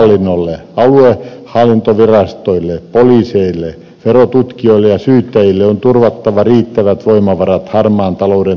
verohallinnolle aluehallintovirastoille poliiseille verotutkijoille ja syyttäjille on turvattava riittävät voimavarat harmaan talouden torjuntaan